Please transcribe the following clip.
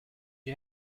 you